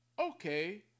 okay